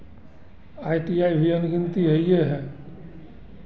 I T I भी अनगिनती हइए है